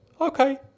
Okay